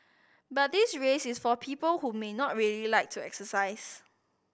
but this race is for people who may not really like to exercise